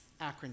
acronym